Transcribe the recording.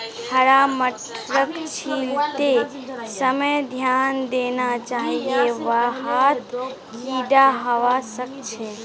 हरा मटरक छीलते समय ध्यान देना चाहिए वहात् कीडा हवा सक छे